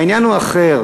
העניין הוא אחר.